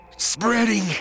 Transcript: spreading